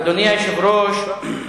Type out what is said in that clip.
אדוני היושב-ראש,